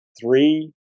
Three